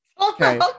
Okay